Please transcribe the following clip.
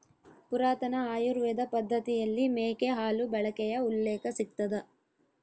ಪುರಾತನ ಆಯುರ್ವೇದ ಪದ್ದತಿಯಲ್ಲಿ ಮೇಕೆ ಹಾಲು ಬಳಕೆಯ ಉಲ್ಲೇಖ ಸಿಗ್ತದ